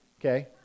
Okay